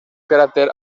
cráter